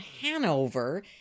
Hanover